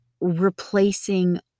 replacing